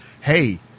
hey